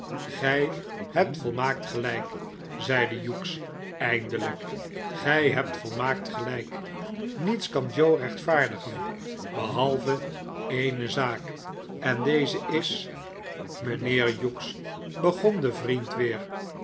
gij hebt volmaakt gelijk zeide hughes eindelijk gij hebt volmaakt gelijk niets kan joe rechtvaardigen behalve eene zaak en deze is mijnheer hughes begon de vriend weer